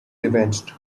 revenged